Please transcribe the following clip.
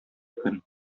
көн